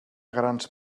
grans